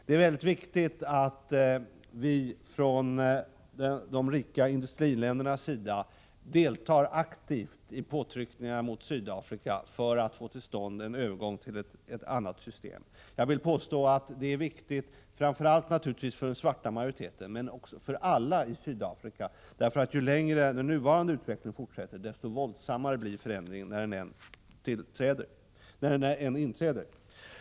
Det är mycket viktigt att vi från de rika industriländernas sida deltar aktivt i påtryckningarna mot Sydafrika för att få till stånd en övergång till ett annat system. Det är naturligtvis framför allt viktigt för den svarta majoriteten, men jag vill påstå att det är viktigt för alla i Sydafrika, för ju längre den nuvarande utvecklingen fortsätter, desto våldsammare blir förändringen när den än inträder.